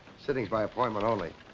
sittings by appointment only.